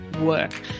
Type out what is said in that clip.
work